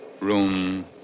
room